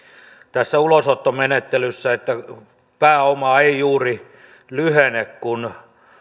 tässä ulosottomenettelyssä pääoma ei juuri lyhene kun